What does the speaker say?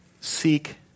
seek